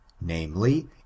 namely